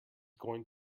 going